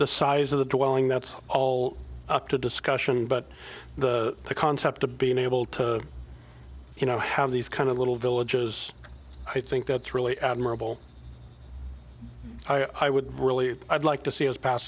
the size of the toiling that's all up to discussion but the concept of being able to you know how these kind of little villages i think that's really admirable i would really like to see has passed